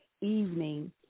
evening